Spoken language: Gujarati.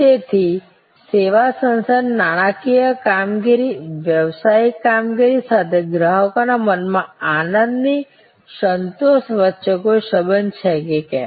તેથી સેવા સંસ્થાની નાણાકીય કામગીરી વ્યવસાયિક કામગીરી સાથે ગ્રાહકોના મનમાં આનંદની સંતોષ વચ્ચે કોઈ સંબંધ છે કે કેમ